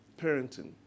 parenting